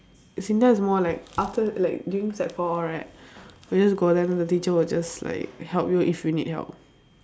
SINDA is more like after like during sec four right I just go there then the teacher will just like help you if you need help